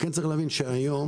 צריך להבין שהיום,